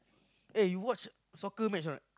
eh you watch soccer match or not